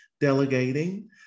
delegating